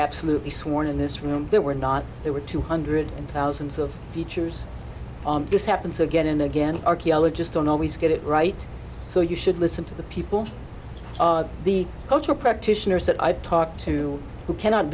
absolutely sworn in this room there were not there were two hundred and thousands of teachers this happens again and again archaeologist don't always get it right so you should listen to the people of the cultural practitioners that i've talked to who cannot